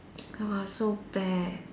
ah so bad